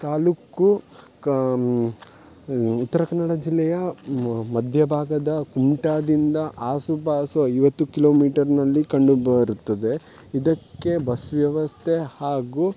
ತಾಲ್ಲೂಕು ಕಮ್ ಉತ್ತರ ಕನ್ನಡ ಜಿಲ್ಲೆಯ ಮಧ್ಯ ಭಾಗದ ಕುಮಟಾದಿಂದ ಆಸುಪಾಸು ಐವತ್ತು ಕಿಲೋಮೀಟರ್ನಲ್ಲಿ ಕಂಡು ಬರುತ್ತದೆ ಇದಕ್ಕೆ ಬಸ್ ವ್ಯವಸ್ಥೆ ಹಾಗೂ